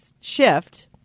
shift